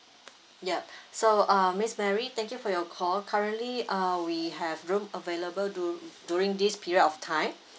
ya so uh miss mary thank you for your call currently uh we have room available du~ during this period of time